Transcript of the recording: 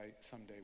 someday